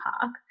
park